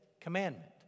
commandment